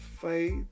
faith